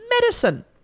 medicine